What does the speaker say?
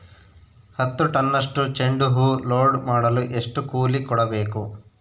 ಹತ್ತು ಟನ್ನಷ್ಟು ಚೆಂಡುಹೂ ಲೋಡ್ ಮಾಡಲು ಎಷ್ಟು ಕೂಲಿ ಕೊಡಬೇಕು?